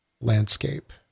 landscape